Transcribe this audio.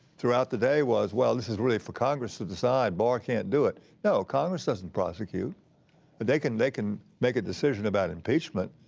throughout the day was, well, this is really for congress to decide. barr can't do it. no, congress doesn't prosecute. but they can they can make a decision about impeachment,